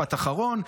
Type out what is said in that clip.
משפט אחרון,